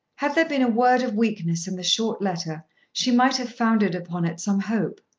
had there been a word of weakness in the short letter she might have founded upon it some hope.